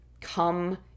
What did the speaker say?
come